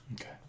Okay